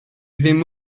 ddim